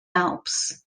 alps